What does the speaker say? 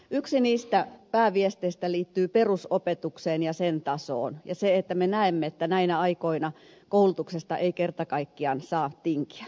yksi niistä pääviesteistä liittyy perusopetukseen ja sen tasoon ja siihen että me näemme että näinä aikoina koulutuksesta ei kerta kaikkiaan saa tinkiä